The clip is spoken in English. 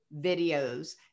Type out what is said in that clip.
videos